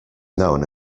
known